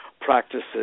practices